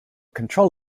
control